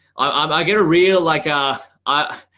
ah um i get a real like, ah i,